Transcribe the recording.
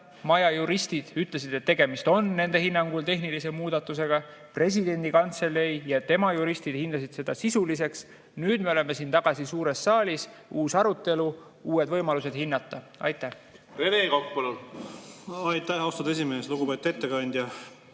maja juristid ütlesid, et tegemist on nende hinnangul tehnilise muudatusega. Presidendi kantselei ja tema juristid hindasid seda sisuliseks. Nüüd me oleme tagasi siin suures saalis, uus arutelu, uued võimalused hinnata. Rene Kokk, palun! Aitäh, austatud esimees! Lugupeetud ettekandja!